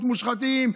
"מושחתים",